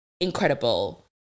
incredible